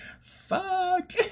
Fuck